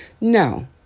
No